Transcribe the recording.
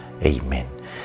amen